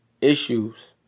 issues